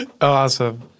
Awesome